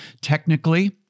Technically